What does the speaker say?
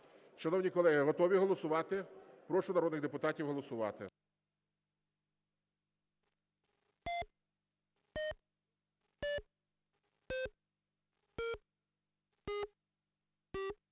Шановні колеги, готові голосувати? Прошу народних депутатів голосувати.